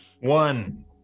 One